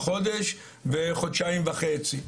חודש וחודשיים וחצי.